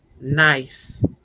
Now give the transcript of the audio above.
nice